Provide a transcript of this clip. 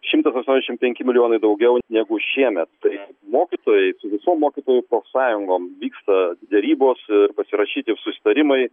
šimtas aštuoniasdešim penki milijonai daugiau negu šiemet tai mokytojai visom mokytojų profsąjungom vyksta derybos ir pasirašyti susitarimai